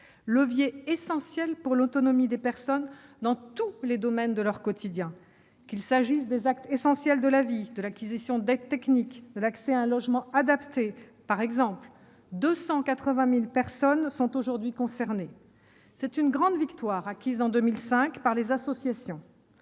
levier essentiel pour l'autonomie des personnes dans tous les domaines de leur quotidien, qu'il s'agisse des actes essentiels de la vie, de l'acquisition d'aides techniques ou encore de l'accès à un logement adapté. Le nombre de personnes concernées atteint aujourd'hui 280 000. C'est une grande victoire, acquise en 2005 par les associations.